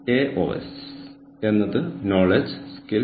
അത് അവർ നൽകുന്നതിനുമേൽ നമുക്ക് ഒരു മുൻതൂക്കം നൽകുന്നു